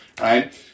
Right